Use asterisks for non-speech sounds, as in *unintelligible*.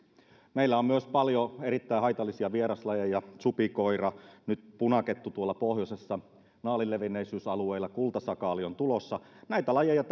meillä on myös paljon erittäin haitallisia vieraslajeja supikoira nyt punakettu tuolla pohjoisessa naalin levinneisyysalueelle kultasakaali on tulossa näitä lajeja *unintelligible*